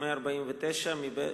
149(ב)